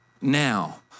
now